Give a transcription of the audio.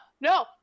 no